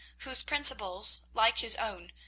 whose principles, like his own,